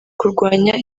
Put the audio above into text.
kurwanya